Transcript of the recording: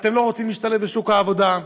אתם לא רוצים להשתלב בשוק העבודה,